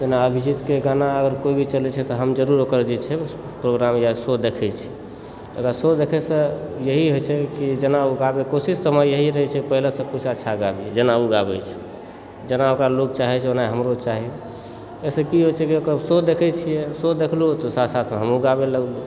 जेना अभिजीतके गाना अगर कोई भी चलय छै तऽ हम जरुर ओकर जे छैप्रोग्राम या शो देखय छी ओकरा शो देखयसँ यही होइ छै कि जेना ओ गाबय कोशिश हमर यही रहय छै कि पहिलेसँ कुछ अच्छा गाबी जेना ओ गाबय छै जेना ओकरा लोग चाहय छै ओनाहि हमरो चाहय एहिसँ की होइ छै कि ओकर शो देखय छियै शो देखलहुँ तऽ साथ साथमे हमहुँ गाबय लगलहुँ